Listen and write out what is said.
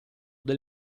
del